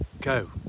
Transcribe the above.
go